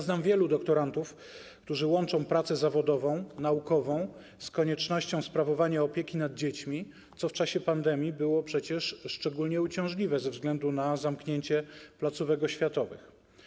Znam wielu doktorantów, którzy łączą pracę zawodową, naukową z koniecznością sprawowania opieki nad dziećmi, co w czasie pandemii było przecież szczególnie uciążliwe ze względu na zamknięcie placówek oświatowych.